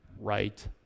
right